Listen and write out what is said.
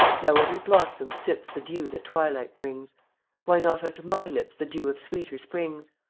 now every blossom sips the dew that twilight brings why not unto my lips the dew of sweeter springs?